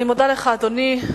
אני מודה לך, אדוני.